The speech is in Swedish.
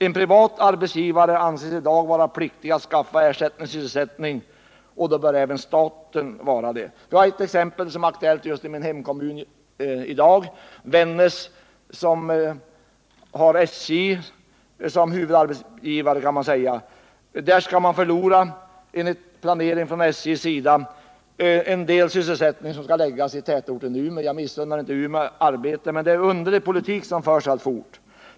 En privat arbetsgivare anses i dag vara pliktig att skaffa ersättningssysselsättning, och då bör även staten vara det. Jag har ett exempel som är aktuellt just i dag i min hemkommun Vännäs, som har SJ som huvudarbetsgivare. Enligt SJ:s planering kommer Vännäs att nu förlora en del sysselsättningstillfällen på grund av att viss verksamhet skall förläggas till Umeå. Jag missunnar inte Umeå att få arbetstillfällen, men det är en underlig politik som förs alltfort.